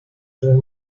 through